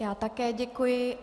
Já také děkuji.